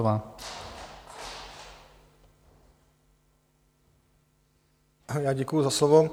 Já děkuju za slovo.